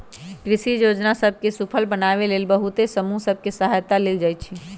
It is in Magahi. कृषि जोजना सभ के सूफल बनाबे लेल बहुते समूह सभ के सहायता लेल जाइ छइ